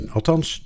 Althans